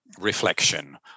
reflection